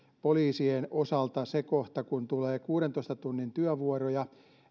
poliisien osalta se kohta kun tulee kuudentoista tunnin työvuoroja